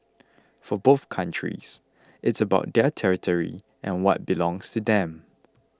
for both countries it's about their territory and what belongs to them